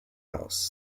house